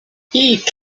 eek